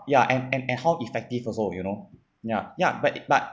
ya and and and how effective also you know ya ya but it but